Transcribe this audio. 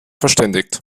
verständigt